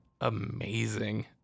amazing